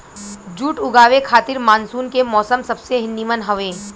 जुट उगावे खातिर मानसून के मौसम सबसे निमन हवे